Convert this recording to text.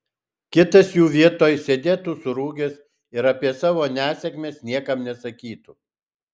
kitas jų vietoj sėdėtų surūgęs ir apie savo nesėkmes niekam nesakytų